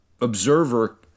observer